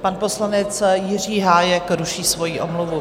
Pan poslanec Jiří Hájek ruší svoji omluvu.